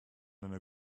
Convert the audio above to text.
einer